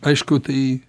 aišku tai